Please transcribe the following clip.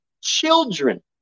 children